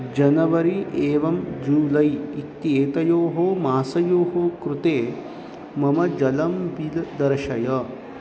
January एवं जूलै इत्येतयोः मासयोः कृते मम जलं बिल् दर्शय